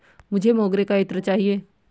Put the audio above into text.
मुझे मोगरे का इत्र चाहिए